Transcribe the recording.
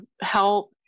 help